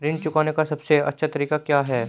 ऋण चुकाने का सबसे अच्छा तरीका क्या है?